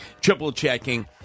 triple-checking